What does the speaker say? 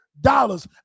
dollars